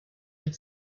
had